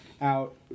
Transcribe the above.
out